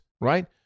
right